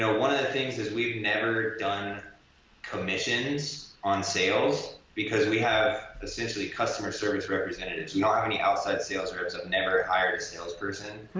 so one of the things is we've never done commissions on sales because we have essentially customer service representatives. do not have any outside sales reps, i've never hired a salesperson.